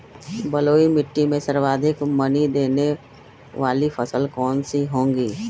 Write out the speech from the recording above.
बलुई मिट्टी में सर्वाधिक मनी देने वाली फसल कौन सी होंगी?